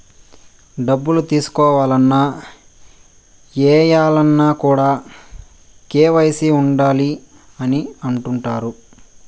డబ్బులు తీసుకోవాలన్న, ఏయాలన్న కూడా కేవైసీ ఉండాలి అని అంటుంటారు